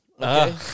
Okay